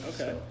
Okay